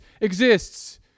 exists